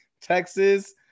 Texas